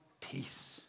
peace